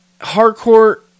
Hardcore